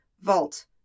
vault